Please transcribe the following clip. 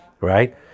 right